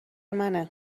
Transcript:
منه